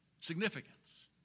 significance